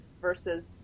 Versus